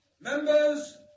Members